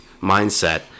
mindset